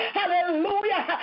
hallelujah